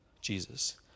Jesus